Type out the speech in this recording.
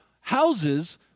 houses